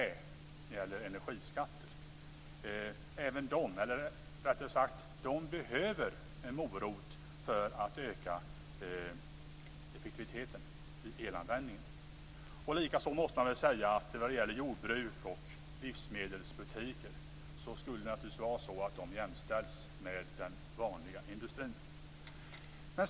De behöver en morot för att öka effektiviteten i elanvändningen. Jordbruk och livsmedelsbutiker borde jämställas med den vanliga industrin. Fru talman!